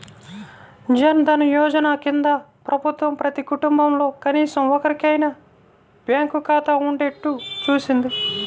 జన్ ధన్ యోజన కింద ప్రభుత్వం ప్రతి కుటుంబంలో కనీసం ఒక్కరికైనా బ్యాంకు ఖాతా ఉండేట్టు చూసింది